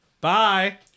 Bye